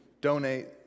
donate